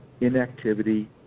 inactivity